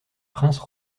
princes